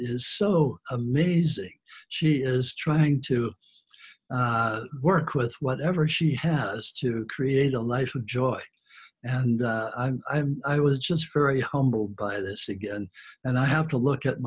is so amazing she is trying to work with whatever she has to create a life of joy and i was just very humbled by this again and i have to look at